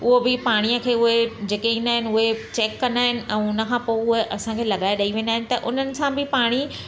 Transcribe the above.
उहो बि पाणीअ खे उहे जेके ईंदा आहिनि उहे चैक कंदा आहिनि ऐं उन खां पोइ उहा असांखे लॻाए ॾेई वेंदा आहिनि त उन्हनि सां बि पाणी